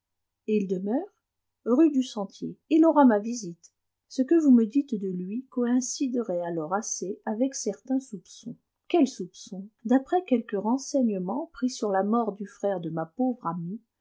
et il demeure rue du sentier il aura ma visite ce que vous me dites de lui coïnciderait alors assez avec certains soupçons quels soupçons d'après quelques renseignements pris sur la mort du frère de ma pauvre amie